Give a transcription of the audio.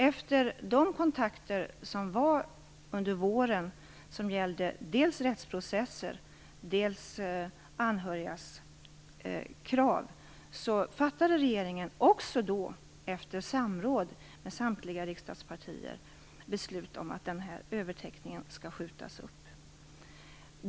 Efter de kontakter som förekom under våren, vilka dels gällde rättsprocesser, dels de anhörigas krav, fattade regeringen efter samråd med samtliga riksdagspartier beslut om att skjuta upp övertäckningen.